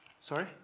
sorry